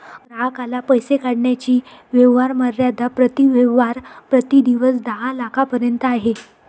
ग्राहकाला पैसे काढण्याची व्यवहार मर्यादा प्रति व्यवहार प्रति दिवस दहा लाखांपर्यंत आहे